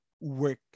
work